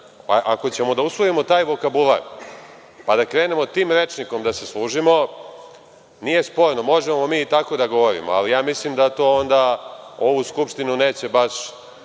Ako ćemo da usvojimo taj vokabular, pa da krenemo tim rečnikom da se služimo, nije sporno, možemo i mi tako da govorimo. Mislim da to onda ovu Skupštinu neće baš